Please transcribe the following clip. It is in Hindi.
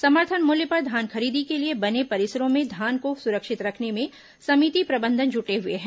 समर्थन मूल्य पर धान खरीदी के लिए बने परिसरों में धान को सुरक्षित रखने में समिति प्रबंधन जुटे हुए हैं